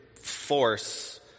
force